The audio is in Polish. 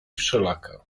wszelaka